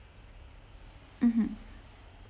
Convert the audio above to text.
mmhmm